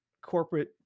corporate